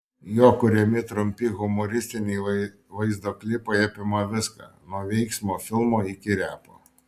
jo kuriami trumpi humoristiniai vaizdo klipai apima viską nuo veiksmo filmo iki repo